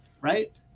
right